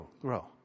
grow